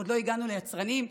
עוד לא הגענו ליצרנים.